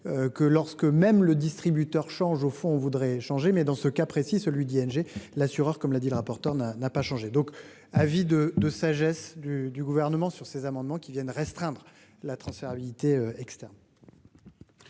Que lorsque même le distributeur change au fond on voudrait changer mais dans ce cas précis celui d'ING. L'assureur comme l'a dit le rapporteur n'a, n'a pas changé donc avis de de sagesse du du gouvernement sur ces amendements qui viennent restreindre la transférabilité etc.